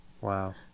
Wow